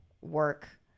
work